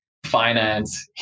Finance